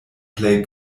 plej